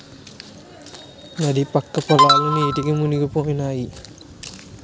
నది పక్క పొలాలు నీటికి మునిగిపోనాయి